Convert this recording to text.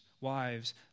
wives